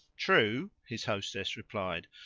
true, his hostess replied.